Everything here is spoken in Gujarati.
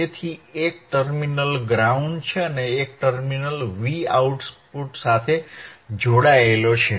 તેથી એક ટર્મિનલ ગ્રાઉન્ડ છે અને એક ટર્મિનલ Vo સાથે જોડાયેલ છે